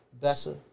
Bessa